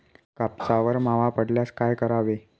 कापसावर मावा पडल्यास काय करावे?